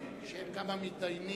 שהם גם המתדיינים.